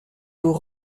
dos